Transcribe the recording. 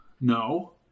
No